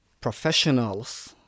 professionals